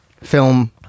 film